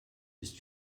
ist